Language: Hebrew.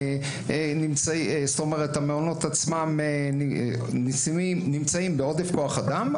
המעונות עצמם נמצאים בעודף כוח אדם,